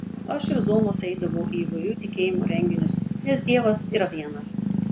aš ir zonose eidavau į įvairių tikėjimų renginius nes dievas yra vienas